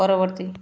ପରବର୍ତ୍ତୀ